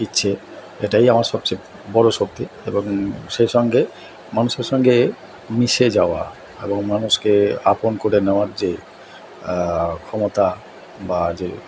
ইচ্ছে এটাই আমার সবচেয়ে বড়ো শক্তি এবং সেই সঙ্গে মানুষের সঙ্গে মিশে যাওয়া এবং মানুষকে আপন করে নেওয়ার যে ক্ষমতা বা যে